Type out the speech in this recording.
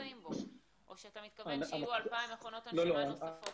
נמצאים בו או שאתה מתכוון שיהיו 2,000 מכונות הנשמה נוספות?